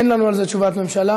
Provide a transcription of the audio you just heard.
אין לנו על זה תשובת ממשלה.